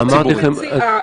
זה אפשרי.